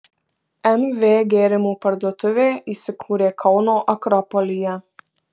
mv gėrimų parduotuvė įsikūrė kauno akropolyje